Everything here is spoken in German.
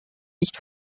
nicht